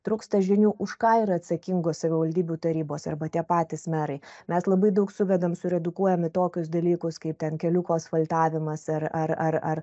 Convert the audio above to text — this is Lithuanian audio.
trūksta žinių už ką yra atsakingos savivaldybių tarybos arba tie patys merai mes labai daug suvedam suredukuojam į tokius dalykus kaip ten keliuko asfaltavimas ar ar ar ar